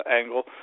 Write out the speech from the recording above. angle